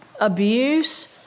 abuse